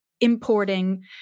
importing